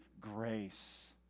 grace